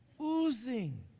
oozing